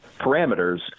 parameters